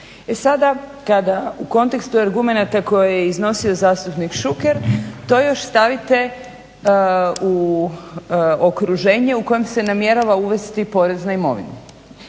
sada kada u kontekstu argumenata koje je iznosio zastupnik Šuker to još stavite u okruženje u kojem se namjerava uvesti porez na imovinu.